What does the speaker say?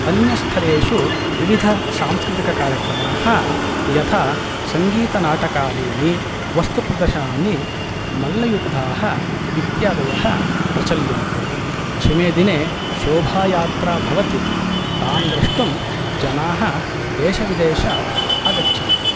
अन्यस्थलेषु विविधसांस्कृतिककार्यक्रमाः यथा सङ्गीतनाटकादीनि वस्तुप्रदर्शनानि मल्लयुद्धाः इत्यादयः प्रचल्यन्ते दशमे दिने शोभायात्रा भवति तां द्रष्टुम् जनाः देशविदेशात् आगच्छन्ति